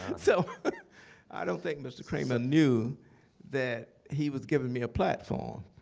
so i don't think mr. kramer knew that he was giving me a platform.